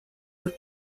were